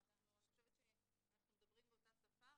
אני חושבת שאנחנו מדברים באותה שפה,